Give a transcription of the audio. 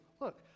look